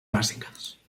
bàsiques